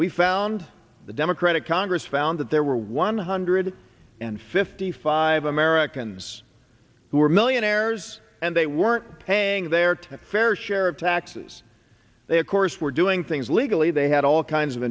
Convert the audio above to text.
we found the democratic congress found that there were one hundred and fifty five americans who were millionaires and they weren't paying their to fair share of taxes they of course were doing things legally they had all kinds of